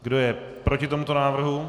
Kdo je proti tomuto návrhu?